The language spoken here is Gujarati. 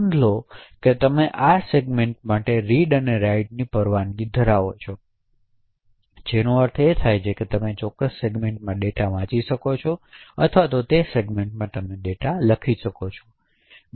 નોંધ લો કે તમે આ સેગમેન્ટ માટે રીડ રાઇટ પરવાનગી છે જેનો અર્થ એ છે કે તમે તે ચોક્કસ સેગમેન્ટમાંથી ડેટા વાંચી શકો છો અથવા તે ચોક્કસ સેગમેન્ટમાં ડેટા લખી શકો છો